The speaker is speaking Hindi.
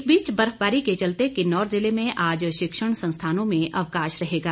इस बीच बर्फबारी के चलते किन्नौर जिले में आज शिक्षण संस्थानों में अवकाश रहेगा